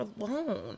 alone